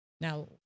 Now